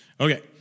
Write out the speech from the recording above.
Okay